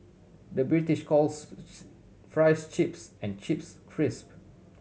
the British calls fries chips and chips crisp